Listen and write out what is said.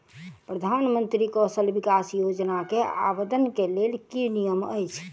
प्रधानमंत्री कौशल विकास योजना केँ आवेदन केँ लेल की नियम अछि?